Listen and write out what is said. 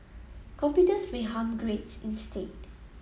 computers may harm grades instead